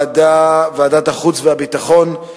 של יושב-ראש ועדת הביקורת,